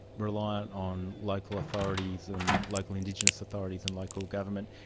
reliant on local authorities and local indigenous authorities and local government.